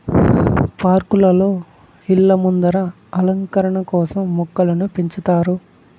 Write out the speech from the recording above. పార్కులలో, ఇళ్ళ ముందర అలంకరణ కోసం మొక్కలను పెంచుతారు